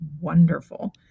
wonderful